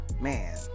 Man